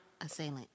Assailant